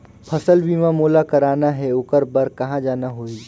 फसल बीमा मोला करना हे ओकर बार कहा जाना होही?